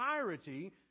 entirety